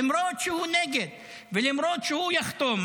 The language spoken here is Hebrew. למרות שהוא נגד ולמרות שהוא יחתום,